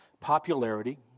popularity